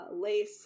lace